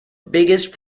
biggest